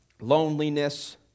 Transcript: loneliness